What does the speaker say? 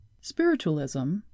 Spiritualism